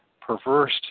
perverse